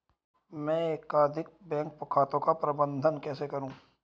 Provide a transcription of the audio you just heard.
मैं एकाधिक बैंक खातों का प्रबंधन कैसे करूँ?